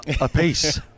apiece